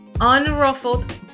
unruffled